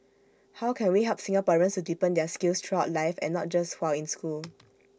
how can we help Singaporeans to deepen their skills throughout life and not just while in school